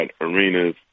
arenas